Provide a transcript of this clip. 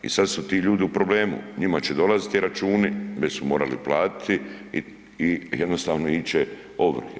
I sad su ti ljudi u problemu, njima će dolaziti računi, već su morali platiti i jednostavno ići će ovrhe.